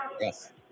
Yes